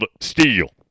Steel